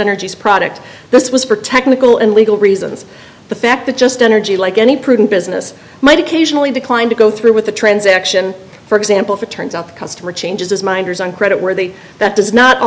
energies product this was for technical and legal reasons the fact that just energy like any prudent business might occasionally decline to go through with the transaction for example if it turns out the customer changes his minders on credit worthy that does not